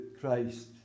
Christ